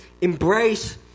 embrace